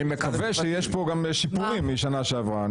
אני מקווה שיש פה גם שיפורים משנה שעברה.